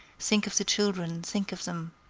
think of the children think of them.